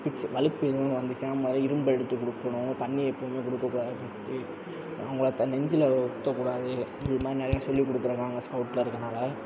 fits வலிப்பு எதுனா வந்துச்சுன்னால் முதல்ல இரும்பு எடுத்து கொடுக்கணும் தண்ணி எப்பையுமே கொடுக்க கூடாது ஃபஸ்ட்டு அவங்கள நெஞ்சில் ஒத்த கூடாது இதுமாதிரி நிறையா சொல்லிக் கொடுத்துருக்காங்க ஸ்கவுட்டில் இருக்கிறனால